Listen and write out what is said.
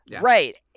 Right